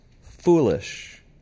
foolish